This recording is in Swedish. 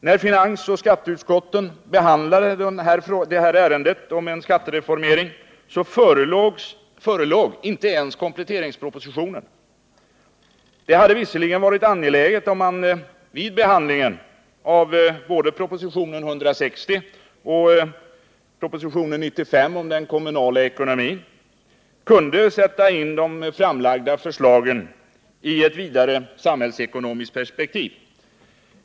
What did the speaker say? När finansoch skatteutskotten behandlade det här ärendet om en skattereformering, förelåg inte ens kompletteringspropositionen. Det hade visserligen varit angeläget att man vid behandlingen av både propositionen 160 och propositionen 95 om den kommunala ekonomin kunnat sätta in de framlagda förslagen i ett vidare samhällsekonomiskt perspektiv.